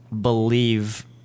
believe